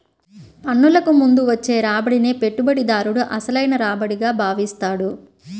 పన్నులకు ముందు వచ్చే రాబడినే పెట్టుబడిదారుడు అసలైన రాబడిగా భావిస్తాడు